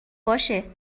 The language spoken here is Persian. باشه